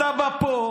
אתה בא לפה,